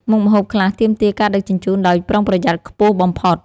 មុខម្ហូបខ្លះទាមទារការដឹកជញ្ជូនដោយប្រុងប្រយ័ត្នខ្ពស់បំផុត។